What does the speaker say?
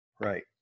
Right